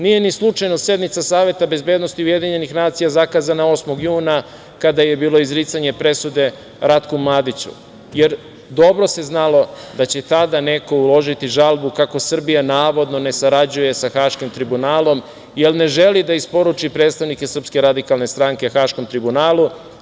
Nije ni slučajno sednica Saveta bezbednosti UN zakazana 8. juna, kada je bilo izricanje presude Ratku Mladiću, jer dobro se znalo da će tada neko uložiti žalbu kako Srbija navodno ne sarađuje sa Haškim tribunalom jer ne želi da isporuči predstavnike SRS Haškom tribunalu.